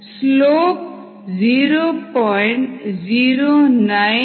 slope 0